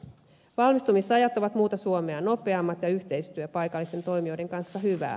valmistumisajat ovat muuta suomea nopeammat ja yhteistyö paikallisten toimijoiden kanssa hyvää